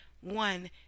one